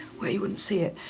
where you wouldn't see it.